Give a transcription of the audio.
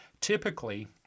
typically